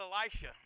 Elisha